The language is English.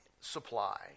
supply